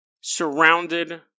surrounded